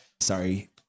Sorry